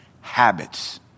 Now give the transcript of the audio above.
habits